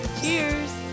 cheers